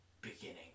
beginning